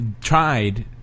tried